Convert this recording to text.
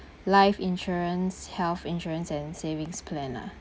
life insurance health insurance and savings plan lah